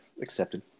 accepted